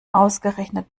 ausgerechnet